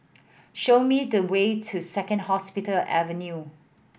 show me the way to Second Hospital Avenue